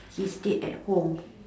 he's dead at home